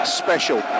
special